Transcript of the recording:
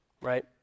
right